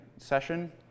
session